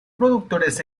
productores